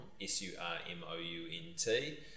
S-U-R-M-O-U-N-T